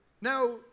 Now